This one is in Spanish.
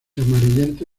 amarillento